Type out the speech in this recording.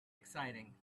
exciting